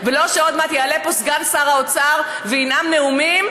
ולא שעוד מעט יעלה פה סגן שר האוצר וינאם נאומים,